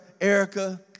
Erica